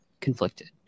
conflicted